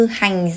hành